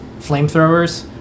flamethrowers